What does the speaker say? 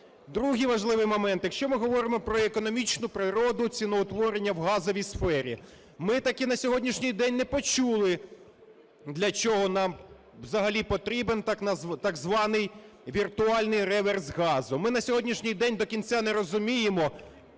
Другий важливий момент. Якщо ми говоримо про економічну природу ціноутворення в газовій сфері, ми таки на сьогоднішній день не почули, для чого нам взагалі потрібен так званий віртуальний реверс газу. Ми на сьогоднішній день до кінця не розуміємо,